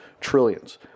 trillions